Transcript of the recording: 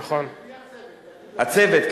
לצוות,